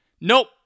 Nope